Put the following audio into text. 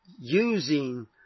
using